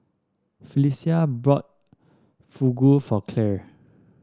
Phylicia bought Fugu for Clare